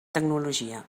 tecnologia